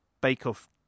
bake-off